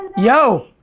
yo,